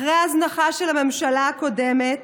אחרי ההזנחה של הממשלה הקודמת,